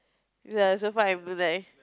ya so far I'm too nice